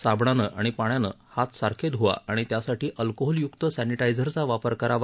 साबणानं आणि पाण्यानं हात सारखे ध्ववा किंवा त्यासाठी अल्कोहोलय्क्त सॅनिटाइझरचा वापर करावा